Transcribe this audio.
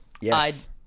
Yes